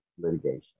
litigation